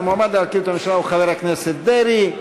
המועמד להרכיב את הממשלה הוא חבר הכנסת אריה דרעי.